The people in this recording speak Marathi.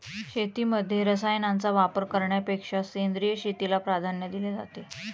शेतीमध्ये रसायनांचा वापर करण्यापेक्षा सेंद्रिय शेतीला प्राधान्य दिले जाते